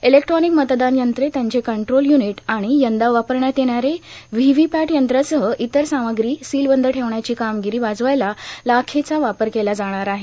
electronic मतदान यंत्रे त्याचे कंट्रोल र्यानट आर्ाण यंदा वापरण्यात येणारे व्होव्होपॅट यंत्रासह इतर सामग्री सीलबंद ठेवण्याची कार्मागरी बजावायला लाखेचा वापर केला जाणार आहे